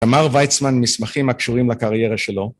תמר ויצמן, מסמכים הקשורים לקריירה שלו.